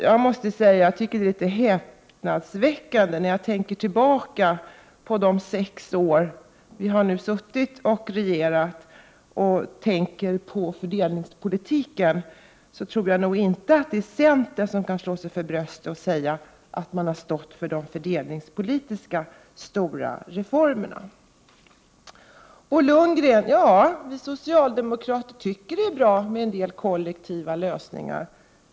Det tycker jag är litet häpnadsväckande, när jag tänker på fördelningspolitiken under de sex år som vi nu har regerat. Jag tycker inte att centern kan slå sig för bröstet och säga att det är centern som har stått för de stora fördelningspolitiska reformerna. Till Bo Lundgren: Ja, vi socialdemokrater tycker att det är bra med en del kollektiva lösningar.